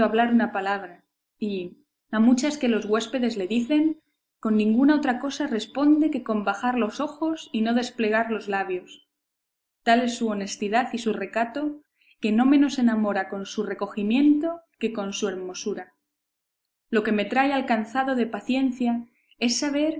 una palabra y a muchas que los huéspedes le dicen con ninguna otra cosa responde que con bajar los ojos y no desplegar los labios tal es su honestidad y su recato que no menos enamora con su recogimiento que con su hermosura lo que me trae alcanzado de paciencia es saber